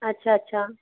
अच्छा अच्छा